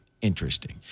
Interesting